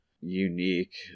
unique